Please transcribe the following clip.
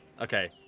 okay